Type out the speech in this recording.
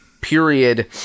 period